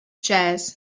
chairs